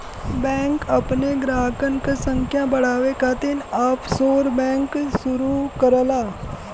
bank अपने ग्राहकन क संख्या बढ़ावे खातिर ऑफशोर बैंक शुरू करला